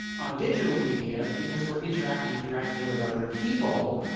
on digital media, because we're interacting directly with other people,